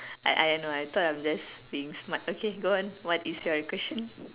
I I know I thought I was just being smart okay go on what is your question